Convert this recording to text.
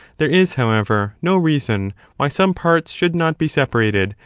there is, however, no reason why some parts should not be separated,